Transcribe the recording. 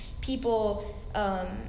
people